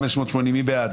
מי בעד?